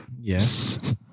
yes